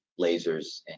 lasers